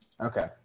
okay